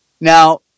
now